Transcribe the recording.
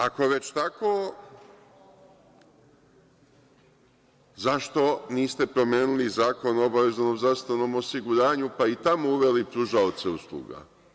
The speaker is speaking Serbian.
Ako već tako, zašto niste promenili Zakon o obavezno zdravstvenom osiguranju pa i tamo uveli – pružaoce usluga.